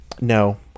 No